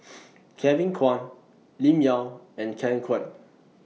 Kevin Kwan Lim Yau and Ken Kwek